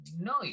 No